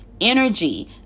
energy